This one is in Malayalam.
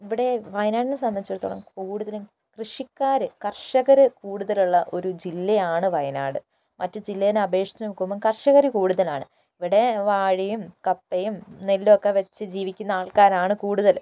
ഇവിടെ വയനാടിനെ സംബന്ധിച്ചെടുത്തോളം കൂടുതലും കൃഷിക്കാർ കർഷകർ കൂടുതലുള്ള ഒരു ജില്ലയാണ് വയനാട് മറ്റു ജില്ലേനെ അപേക്ഷിച്ച് നോക്കുമ്പോൾ കർഷകർ കൂടുതലാണ് ഇവിടെ വാഴയും കപ്പയും നെല്ലുമൊക്കെ വച്ച് ജീവിക്കുന്ന ആൾക്കാരാണ് കൂടുതൽ